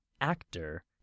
actor